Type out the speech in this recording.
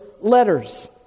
Letters